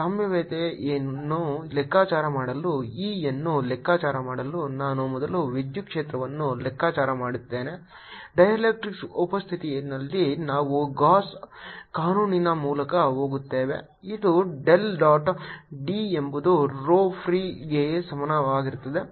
ಸಂಭಾವ್ಯತೆಯನ್ನು ಲೆಕ್ಕಾಚಾರ ಮಾಡಲು E ಅನ್ನು ಲೆಕ್ಕಾಚಾರ ಮಾಡಲು ನಾನು ಮೊದಲು ವಿದ್ಯುತ್ ಕ್ಷೇತ್ರವನ್ನು ಲೆಕ್ಕಾಚಾರ ಮಾಡುತ್ತೇನೆ ಡೈಎಲೆಕ್ಟ್ರಿಕ್ಸ್ ಉಪಸ್ಥಿತಿಯಲ್ಲಿ ನಾವು ಗಾಸ್ ಕಾನೂನಿನ ಮೂಲಕ ಹೋಗುತ್ತೇವೆ ಇದು del ಡಾಟ್ D ಎಂಬುದು rho ಫ್ರೀಗೆ ಸಮಾನವಾಗಿರುತ್ತದೆ